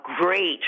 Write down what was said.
great